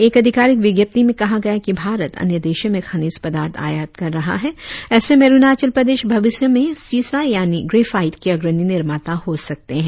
एक अधिकारिक विज्ञाप्ति में कहा गया कि भारत अन्य देशों में खनिज पदार्थ आयात कर रहा है ऐसे में अरुणाचल प्रदेश भविष्य में सीसा यानि ग्रेफाईट के अग्रणी निर्माता हो सकते है